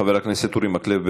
חבר הכנסת אורי מקלב.